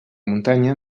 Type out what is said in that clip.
muntanya